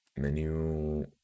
Menu